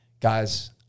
guys